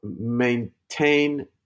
maintain